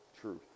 truth